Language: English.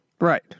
Right